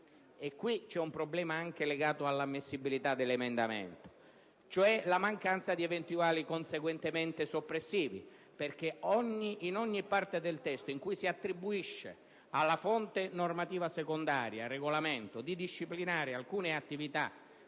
insieme a un problema legato all'ammissibilità dell'emendamento, cioè la mancanza di emendamenti conseguentemente soppressivi, perché ogni parte del testo in cui si attribuisce alla fonte normativa secondaria (regolamento) di disciplinare alcune attività